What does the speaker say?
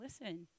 listen